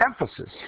emphasis